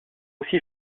aussi